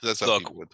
Look